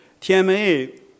TMA